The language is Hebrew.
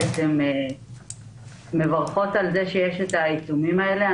בעצם מברכות על זה שיש את העיצומים האלה.